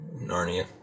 Narnia